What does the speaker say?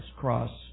cross